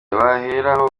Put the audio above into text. baheraho